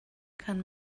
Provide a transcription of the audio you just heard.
kann